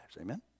Amen